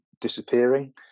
disappearing